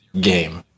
game